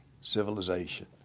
civilization